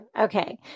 Okay